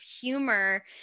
humor